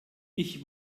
ich